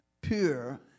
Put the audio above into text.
Pure